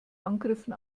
angriffen